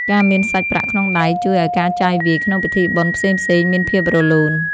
ការមានសាច់ប្រាក់ក្នុងដៃ ជួយឱ្យការចាយវាយក្នុងពិធីបុណ្យផ្សេងៗមានភាពរលូន។